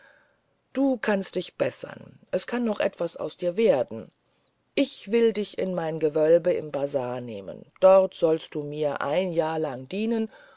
du kannst dich bessern es kann noch etwas aus dir werden ich will dich in mein gewölbe im bazar nehmen dort sollst du mir ein jahr lang dienen